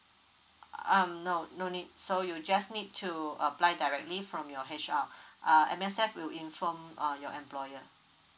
um no no need so you'll just need to apply directly from your H_R uh M_S_F will inform uh your employer